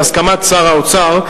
בהסכמת שר האוצר,